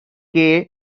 uniquely